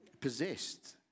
possessed